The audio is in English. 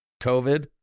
COVID